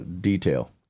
detail